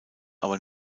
aber